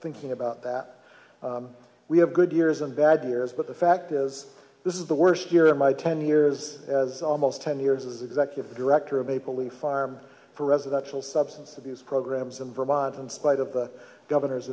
thinking about that we have good years and bad years but the fact is this is the worst year in my tenure here is as almost ten years as executive director of maple leaf farm for residential substance abuse programs in vermont in spite of the governor